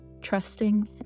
trusting